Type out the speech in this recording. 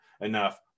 enough